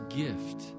gift